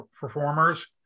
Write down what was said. performers